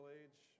age